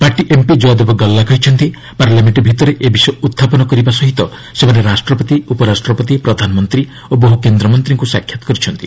party MP Jayadev Galla କହିଛନ୍ତି parliament ଭିତରେ ଏ ବିଷୟ ଉତ୍ଥାପନ କରିବା ସହିତ ସେମାନେ ରାଷ୍ଟ୍ରପତି ଉପରାଷ୍ଟ୍ରପତି ପ୍ରଧାନମନ୍ତ୍ରୀ ଓ ବହୁ କେନ୍ଦ୍ରମନ୍ତ୍ରୀଙ୍କୁ ସାକ୍ଷାତ କରିଛନ୍ତି